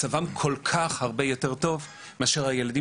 מצבם כל כך הרבה יותר טוב מאשר הילדים